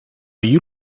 you